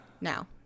Now